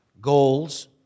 goals